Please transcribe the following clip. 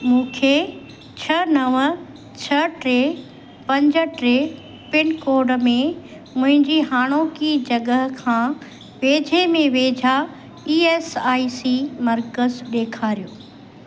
मूंखे छह नव छह टे पंज टे पिनकोड में मुंहिंजी हाणोकि जॻहि खां वेझे में वेझा ई एस आई सी मर्कज़ु ॾेखारियो